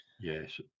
Yes